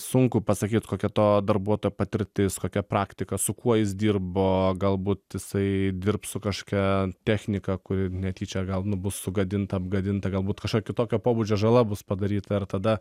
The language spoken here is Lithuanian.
sunku pasakyt kokia to darbuotojo patirtis kokia praktika su kuo jis dirbo galbūt jisai dirbs su kažkokia technika kuri netyčia gal nu bus sugadinta apgadinta galbūt kažkokio kitokio pobūdžio žala bus padaryta ir tada